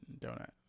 donut